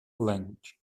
language